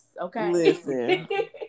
okay